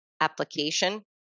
application